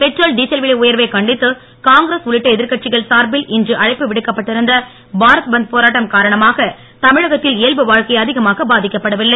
petrol diesel விலை உயர்வை கண்டித்து காங்கிரஸ் உள்ளிட்ட எதிர்க்கட்சிகள் சார்பில் இன்று அவையில் அழைப்பு விடுக்கப்பட்டிருந்த பாரத் பந்த் போராட்டம் காரணமாக தமிழகத்தில் இயல்பு வாழ்க்கை அதிகமாக பாதிக்கப்படவில்லை